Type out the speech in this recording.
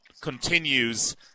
continues